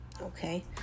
okay